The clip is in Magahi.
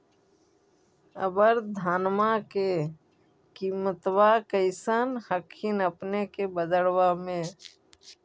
अबर धानमा के किमत्बा कैसन हखिन अपने के बजरबा में?